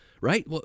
right